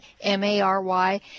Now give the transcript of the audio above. M-A-R-Y